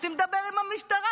רוצים לדבר עם המשטרה,